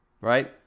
Right